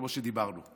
כמו שדיברנו.